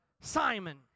Simon